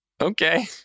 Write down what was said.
okay